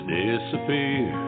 disappear